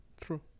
true